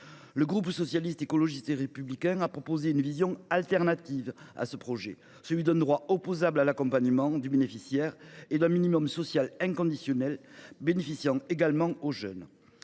Le groupe Socialiste, Écologiste et Républicain a proposé une vision alternative à ce projet de loi : celui d’un droit opposable à l’accompagnement du bénéficiaire et un minimum social inconditionnel bénéficiant également aux jeunes.